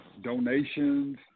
donations